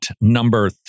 number